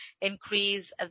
increase